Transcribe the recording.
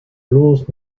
bloß